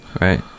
right